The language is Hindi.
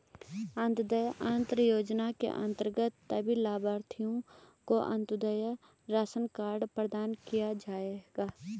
अंत्योदय अन्न योजना के अंतर्गत सभी लाभार्थियों को अंत्योदय राशन कार्ड प्रदान किया जाएगा